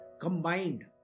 Combined